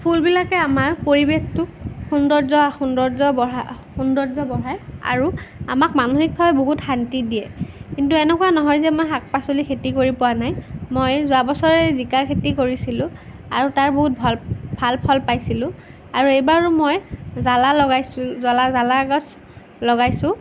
ফুলবিলাকে আমাৰ পৰিৱেশটো সৌন্দৰ্য সৌন্দৰ্য বঢ়াই সৌন্দৰ্য বঢ়াই আৰু আমাক মানসিকভাৱে বহুত শান্তি দিয়ে কিন্তু এনেকুৱা নহয় যে মই শাক পাচলি খেতি কৰি পোৱা নাই মই যোৱা বছৰেই জিকাৰ খেতি কৰিছিলোঁ আৰু তাৰ বহুত ভাল ভাল ফল পাইছিলোঁ আৰু এইবাৰো মই জালা লগাইছোঁ জ্বলা জালা গছ লগাইছোঁ